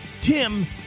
Tim